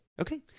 Okay